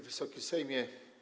Wysoki Sejmie!